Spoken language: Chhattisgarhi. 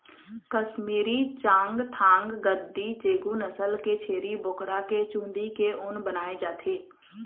कस्मीरी, चाँगथाँग, गद्दी, चेगू नसल के छेरी बोकरा के चूंदी के ऊन बनाए जाथे